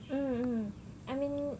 mmhmm I mean